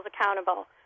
accountable